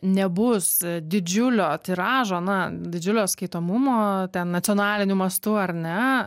nebus didžiulio tiražo na didžiulio skaitomumo ten nacionaliniu mastu ar ne